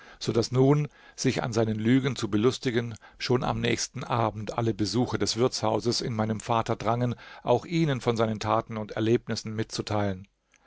so daß nun sich an seinen lügen zu belustigen schon am nächsten abend alle besucher des wirtshauses in meinen vater drangen auch ihnen von seinen taten und erlebnissen mitzuteilen